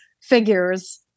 figures